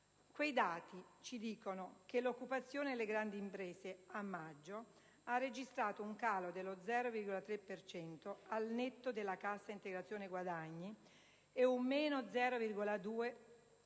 Quei dati dicono che l'occupazione nelle grandi imprese a maggio ha registrato un calo dello 0,3 per cento al netto della cassa integrazione guadagni, un meno 0,2